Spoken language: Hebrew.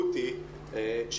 את